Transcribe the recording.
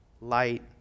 Light